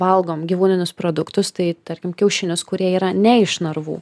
valgom gyvūninius produktus tai tarkim kiaušinius kurie yra ne iš narvų